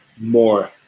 more